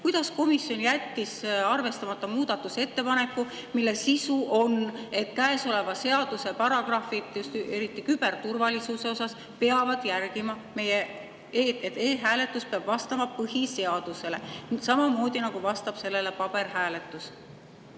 siis komisjon jättis arvestamata muudatusettepaneku, mille sisu on see, et käesoleva seaduse paragrahvid eriti küberturvalisuse osas peavad järgima meie [põhiseadust], et e‑hääletus peab vastama põhiseadusele samamoodi, nagu vastab sellele paberhääletus?